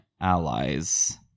allies